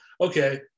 okay